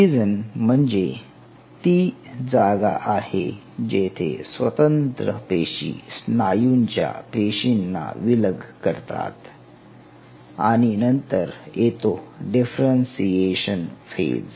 division म्हणजे ती जागा आहे जेथे स्वतंत्र पेशी स्नायूंच्या पेशींना विलग करतात आणि नंतर येतो डिफरेन्ससीएशन फेज